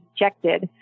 rejected